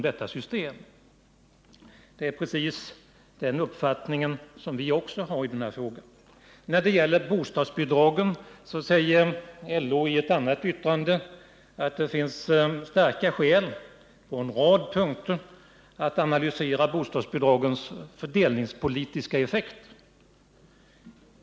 Det är precis samma uppfattning som också vi har i denna fråga. Vidare säger LO i ett annat yttrande, att det finns starka skäl på en rad punkter att analysera bostadsbidragens fördelningspolitiska effekter.